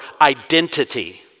identity